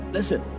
Listen